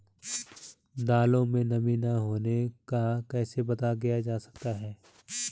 दालों में नमी न होने का कैसे पता किया जा सकता है?